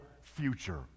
future